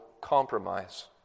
compromise